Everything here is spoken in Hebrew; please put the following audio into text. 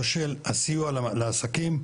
או של הסיוע לעסקים,